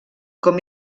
com